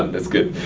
um its good.